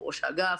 ראש האגף,